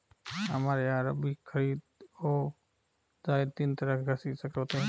हमारे यहां रबी, खरीद और जायद तीन तरह के कृषि चक्र होते हैं